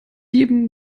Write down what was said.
jedem